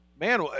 man